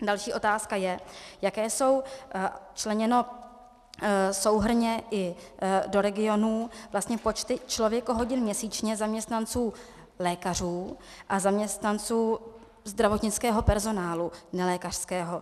Další otázka je, jak jsou členěny souhrnně i do regionů vlastně počty člověkohodin měsíčně zaměstnanců lékařů a zaměstnanců zdravotnického personálu nelékařského.